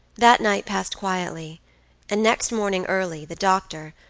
that night passed quietly and next morning early, the doctor,